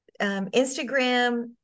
Instagram